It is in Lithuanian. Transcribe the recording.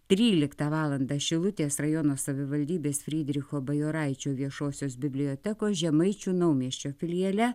tryliktą valandą šilutės rajono savivaldybės fridricho bajoraičio viešosios bibliotekos žemaičių naumiesčio filiale